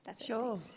Sure